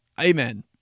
Amen